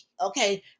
okay